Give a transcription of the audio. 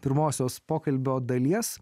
pirmosios pokalbio dalies